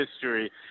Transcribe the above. history